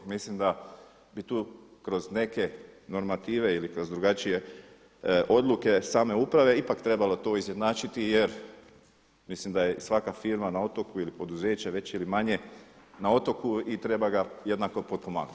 Mislim da bi tu kroz neke normative ili kroz drugačije odluke same uprave ipak trebalo to izjednačiti jer mislim da je i svaka firma na otoku ili poduzeće veće ili manje na otoku i treba ga jednako potpomagati.